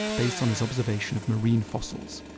based on this observation of marine fossils.